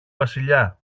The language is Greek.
βασιλιά